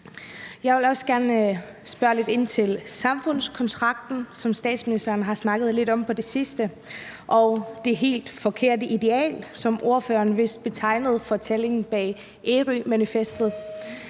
Jeg vil også gerne spørge lidt ind til samfundskontrakten, som statsministeren har snakket lidt om på det sidste, og det helt forkerte ideal, som ordføreren vist betegnede fortællingen i